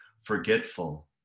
forgetful